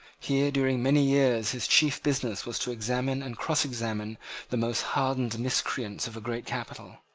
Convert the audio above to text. here, during many years his chief business was to examine and crossexamine the most hardened miscreants of a great capital.